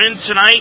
tonight